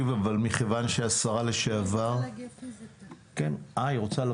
אבל מכיוון שהשרה לשעבר --- היא רוצה להגיע פיזית.